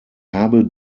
habe